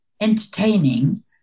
entertaining